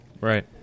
Right